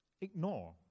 ignore